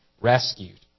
rescued